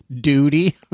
Duty